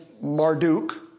Marduk